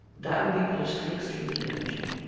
that will be politically extremely damaging.